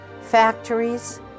factories